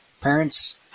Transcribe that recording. parents